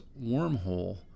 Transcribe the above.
wormhole